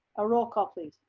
a roll call please.